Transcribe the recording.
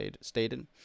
stated